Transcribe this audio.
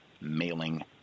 mailing